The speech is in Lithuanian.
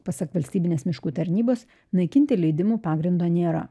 pasak valstybinės miškų tarnybos naikinti leidimų pagrindo nėra